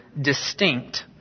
distinct